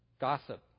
Gossip